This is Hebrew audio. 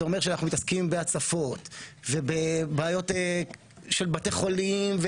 זה אומר שאנחנו מתעסקים בהצפות ובבעיות של בתי חולים,